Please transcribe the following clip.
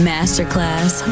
Masterclass